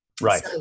Right